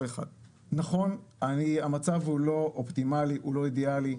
נכון, המצב הוא לא אופטימלי, הוא לא אידיאלי.